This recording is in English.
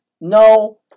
No